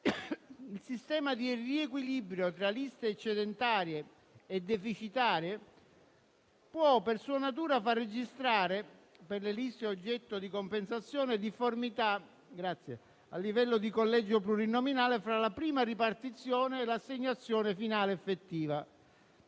Il sistema di riequilibrio tra liste eccedentarie e deficitarie può, per sua natura, far registrare, per le liste oggetto di compensazione, difformità a livello di collegio plurinominale fra la prima ripartizione e l'assegnazione finale effettiva;